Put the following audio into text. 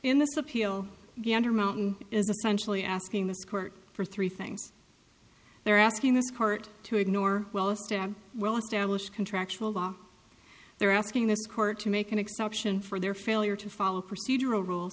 in this appeal gander mountain is essentially asking this court for three things they're asking this court to ignore well this to well established contractual law they're asking this court to make an exception for their failure to follow procedural rules